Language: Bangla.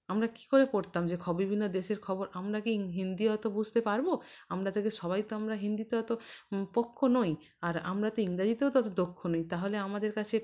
আমরা কী করে পড়তাম যে খ বিভিন্ন দেশের খবর আমরা কি হিন্দি অতো বুঝতে পারবো আমরা থেকে সবাই তো আমরা হিন্দিতে অতো পক্ক নই আর আমরা তো ইংরাজিতেও তো অতো দক্ষ নই তাহলে আমাদের কাছে